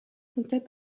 comptait